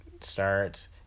starts